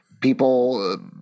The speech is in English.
people –